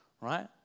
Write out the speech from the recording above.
Right